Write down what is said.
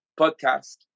podcast